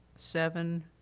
seven,